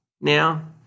now